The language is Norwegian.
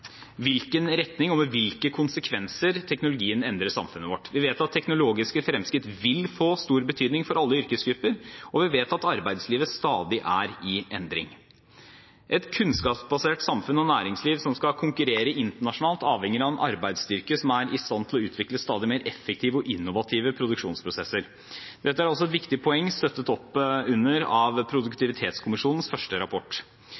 hvilken retning og med hvilke konsekvenser teknologien endrer samfunnet vårt. Vi vet at teknologiske fremskritt vil få stor betydning for alle yrkesgrupper, og vi vet at arbeidsmiljøet stadig er i endring. Et kunnskapsbasert samfunn og næringsliv som skal konkurrere internasjonalt, avhenger av en arbeidsstyrke som er i stand til å utvikle stadig mer effektive og innovative produksjonsprosesser. Dette er også et viktig poeng, støttet opp under av produktivitetskommisjonens første rapport.